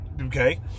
Okay